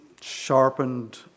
sharpened